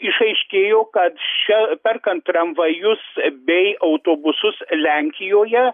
išaiškėjo kad šia perkant tramvajus bei autobusus lenkijoje